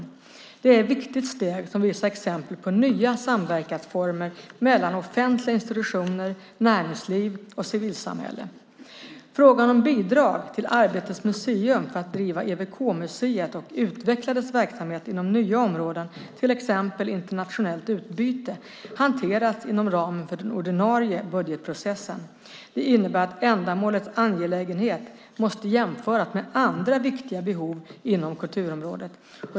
Detta är ett viktigt steg som visar exempel på nya samverkansformer mellan offentliga institutioner, näringsliv och civilsamhälle. Frågan om bidrag till Arbetets museum för att driva EWK-museet och utveckla dess verksamhet inom nya områden, till exempel internationellt utbyte, hanteras inom ramen för den ordinarie budgetprocessen. Det innebär att ändamålets angelägenhet måste jämföras med andra viktiga behov inom kulturområdet.